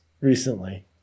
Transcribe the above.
recently